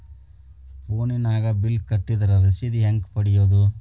ಫೋನಿನಾಗ ಬಿಲ್ ಕಟ್ಟದ್ರ ರಶೇದಿ ಹೆಂಗ್ ಪಡೆಯೋದು?